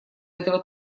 этого